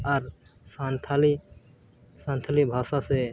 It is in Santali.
ᱟᱨ ᱥᱟᱱᱛᱟᱲᱤ ᱥᱟᱱᱛᱟᱲᱤ ᱵᱷᱟᱥᱟ ᱥᱮ